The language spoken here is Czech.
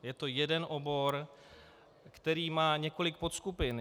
Je to jeden obor, který má několik podskupin.